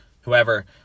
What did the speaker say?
whoever